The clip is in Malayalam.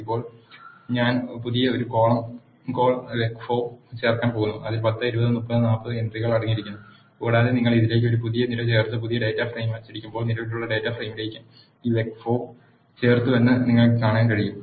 ഇപ്പോൾ ഞാൻ ഒരു പുതിയ കോളം കോൾ vec4 ചേർക്കാൻ പോകുന്നു അതിൽ 10 20 30 40 എൻ ട്രികൾ അടങ്ങിയിരിക്കുന്നു കൂടാതെ നിങ്ങൾ ഇതിലേക്ക് ഒരു പുതിയ നിര ചേർത്ത് പുതിയ ഡാറ്റ ഫ്രെയിം അച്ചടിക്കുമ്പോൾ നിലവിലുള്ള ഡാറ്റാ ഫ്രെയിമിലേക്ക് ഈ വെക് 4 ചേർത്തുവെന്ന് നിങ്ങൾക്ക് കാണാൻ കഴിയും